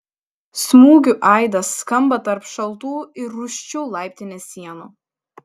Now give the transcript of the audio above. smūgių aidas skamba tarp šaltų ir rūsčių laiptinės sienų